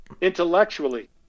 intellectually